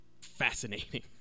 fascinating